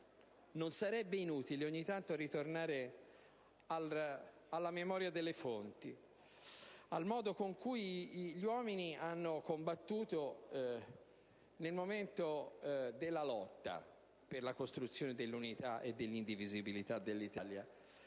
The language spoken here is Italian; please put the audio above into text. non sarebbe inutile ogni tanto tornare alla memoria delle fonti, al modo con cui gli uomini hanno combattuto nel momento della lotta per la costruzione dell'unità e dell'indivisibilità dell'Italia.